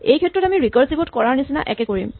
এইক্ষেত্ৰত আমি ৰিকাৰছিভ ত কৰাৰ নিচিনা একে কৰিম